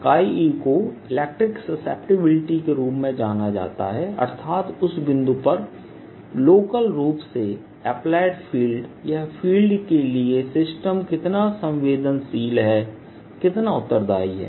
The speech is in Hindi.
e को इलेक्ट्रिकल सबसिविलिटी के रूप में जाना जाता है अर्थात् उस बिंदु पर लोकल रूप से अप्लाइड फील्ड या फील्ड के लिए सिस्टम कितना संवेदनशील कितना उत्तरदायी है